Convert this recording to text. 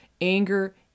Anger